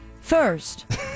First